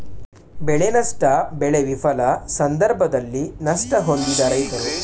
ಬೆಳೆನಷ್ಟ ಬೆಳೆ ವಿಫಲ ಸಂದರ್ಭದಲ್ಲಿ ನಷ್ಟ ಹೊಂದಿದ ರೈತರ ಕೈಹಿಡಿಯಲು ಸರ್ಕಾರ ಪ್ರಧಾನಮಂತ್ರಿ ಫಸಲ್ ಬಿಮಾ ಯೋಜನೆ ಜಾರಿಗ್ತಂದಯ್ತೆ